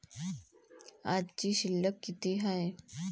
आजची शिल्लक किती हाय?